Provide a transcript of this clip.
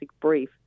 brief